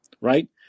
right